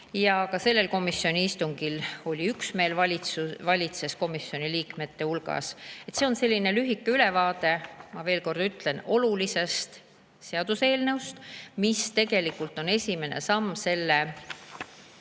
Ja ka sellel komisjoni istungil valitses komisjoni liikmete hulgas üksmeel. See oli selline lühike ülevaade, ma veel kord ütlen, olulisest seaduseelnõust, mis tegelikult on esimene samm selle